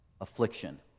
Affliction